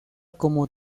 como